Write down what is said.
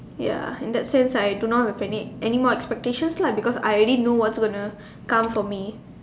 ya in that sense I do not have any any more expectation lah because I already know what is going to come for me